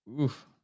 Oof